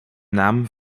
naam